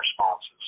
responses